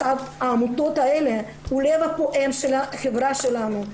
העמותות האלה הוא הלב הפועם של החברה שלנו.